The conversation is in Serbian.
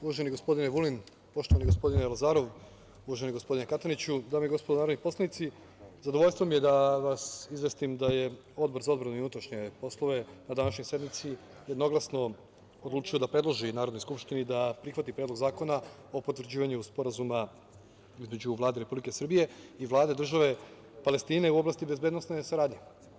Uvaženi gospodine Vulin, poštovani gospodine Lazarov, uvaženi gospodine Kataniću, dame i gospodo narodni poslanici, zadovoljstvo mi je da vas izvestim da je Odbor za odbranu i unutrašnje poslove na današnjoj sednici jednoglasno odlučio da predloži Narodnoj skupštini da prihvati Predlog zakona o potvrđivanju Sporazuma između Vlade Republike Srbije i Vlade Države Palestine u oblasti bezbednosne saradnje.